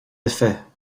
effets